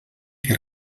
que